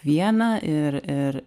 vieną ir ir